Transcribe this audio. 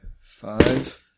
Five